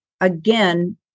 again